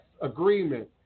agreement